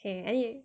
K any